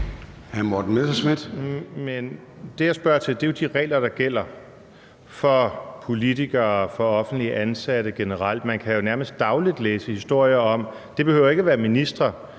det, jeg spørger til, er jo de regler, der gælder for politikere, for offentligt ansatte generelt. Man kan jo nærmest dagligt læse historier. Det behøver ikke at være ministre,